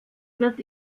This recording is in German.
wird